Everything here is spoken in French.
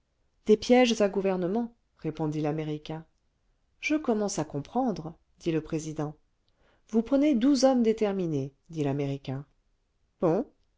des pièges à gouvernement répondit l'américain je commence à comprendre dit le président vous prenez douze hommes déterminés dit l'américain bon